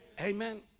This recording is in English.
Amen